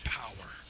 power